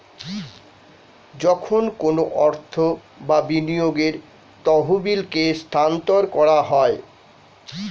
যখন কোনো অর্থ বা বিনিয়োগের তহবিলকে স্থানান্তর করা হয়